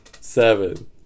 seven